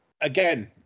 again